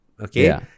okay